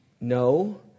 No